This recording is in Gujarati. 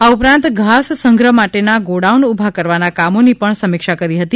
આ ઉપરાંત ઘાસ સંગ્રહ માટેના ગોડાઉન ઊભાં કરવાના કામોની પણ સમીક્ષા કરી હતી